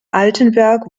altenberg